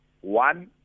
One